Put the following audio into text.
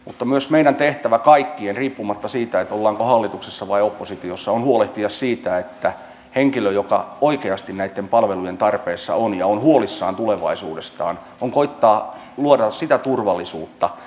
mutta myös meidän tehtävämme kaikkien riippumatta siitä ollaanko hallituksessa vai oppositiossa on huolehtia siitä että henkilölle joka oikeasti näitten palvelujen tarpeessa on ja on huolissaan tulevaisuudestaan koetetaan luoda sitä turvallisuutta